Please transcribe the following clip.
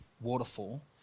waterfall